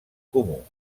comú